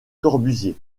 corbusier